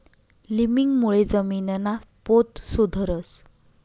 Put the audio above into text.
लिमिंगमुळे जमीनना पोत सुधरस